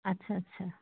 আচ্ছা আচ্ছা